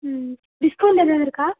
ம் டிஸ்கவுண்ட் எதுவும் இருக்கா